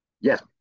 Yes